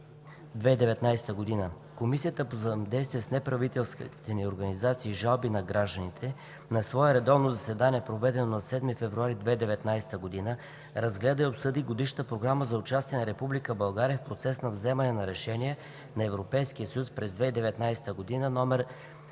2019 г. Комисията по взаимодействието с неправителствените организации и жалбите на гражданите на свое редовно заседание, проведено на 7 февруари 2019 г., разгледа и обсъди Годишната програма за участие на Република България в процеса на вземане на решения на Европейския съюз през 2019 г.,